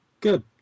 Good